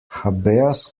habeas